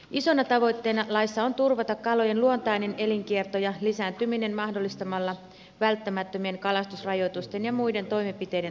isona tavoitteena laissa on turvata kalojen luontainen elinkierto ja lisääntyminen mahdollistamalla välttämättömien kalastusrajoitusten ja muiden toimenpiteiden toteuttaminen